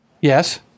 Yes